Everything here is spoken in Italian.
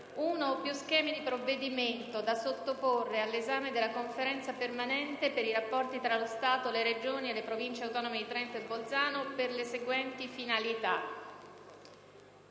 uno o più schemi di provvedimento, da sottoporre all'esame della Conferenza permanente per i rapporti tra lo Stato, le Regioni e le Province autonome di Trento e Bolzano per le seguenti finalità: